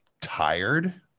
tired